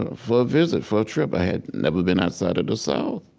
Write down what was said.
ah for a visit, for a trip. i had never been outside of the south.